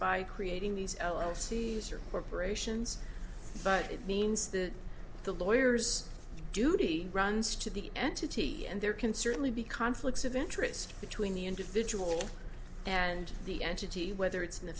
by creating these l l caesar corporations but it means that the lawyers duty runs to the entity and there can certainly be conflicts of interest between the individual and the entity whether it's in the